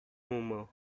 homer